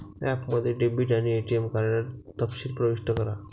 ॲपमध्ये डेबिट आणि ATM card तपशील प्रविष्ट करा